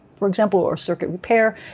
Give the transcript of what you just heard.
for example, or circuit repair.